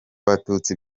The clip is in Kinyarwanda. abatutsi